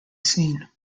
scene